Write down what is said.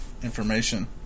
Information